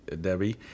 Debbie